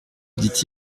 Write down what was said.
dit